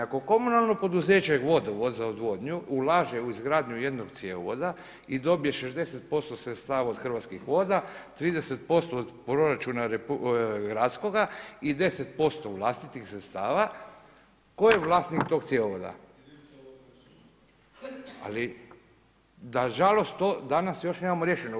Ako komunalno poduzeće Vodovod za odvodnju ulaže u izgradnju jednog cjevovoda i dobije 60% sredstava od Hrvatskih voda, 30% od proračuna gradskoga i 10% vlastitih sredstava, tko je vlasnik tog cjevovoda? … [[Upadica se ne razumije.]] Ali na žalost to danas još nemamo riješeno.